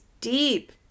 deep